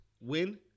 win